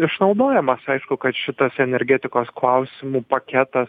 išnaudojamas aišku kad šitas energetikos klausimų paketas